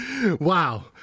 Wow